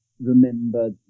remember